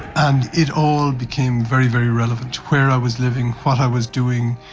and it all became very, very relevant, where i was living, what i was doing,